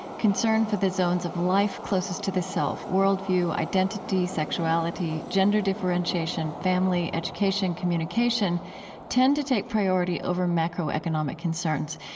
concern for the zones of life closest to the self world view, identity, sexuality, gender differentiation, family, education, communication tend to take priority over macroeconomic concerns.